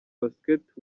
basketball